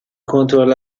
کنترل